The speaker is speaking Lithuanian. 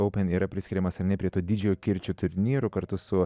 oupen yra priskiriamas ar ne prie to didžiojo kirčio turnyrų kartu su